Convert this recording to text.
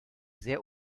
sehr